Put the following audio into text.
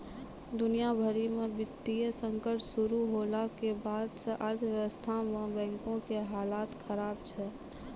दुनिया भरि मे वित्तीय संकट शुरू होला के बाद से अर्थव्यवस्था मे बैंको के हालत खराब छै